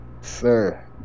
Sir